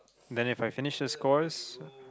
then If I finish this course